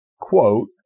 quote